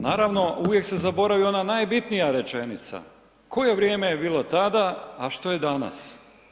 Naravno uvijek se zaboravi ona najbitnija rečenica, koje vrijeme je bilo tada a što je danas.